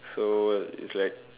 so is like